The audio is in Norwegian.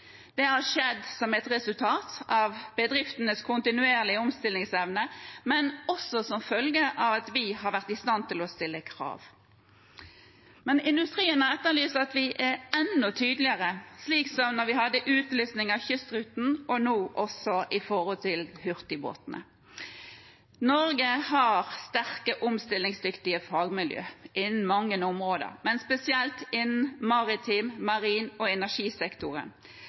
Det har skjedd som et resultat av bedriftenes kontinuerlige omstillingsevne, men også som følge av at vi har vært i stand til å stille krav. Men industrien har etterlyst at vi er enda tydeligere, slik som da vi hadde utlysning av kystruten og nå også med hurtigbåtene. Norge har sterke omstillingsdyktige fagmiljø innen mange områder, men spesielt innen maritim sektor, marin sektor og energisektoren.